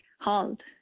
hold